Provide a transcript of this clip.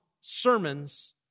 sermons